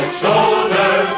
shoulder